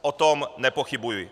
O tom nepochybuji.